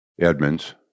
Edmonds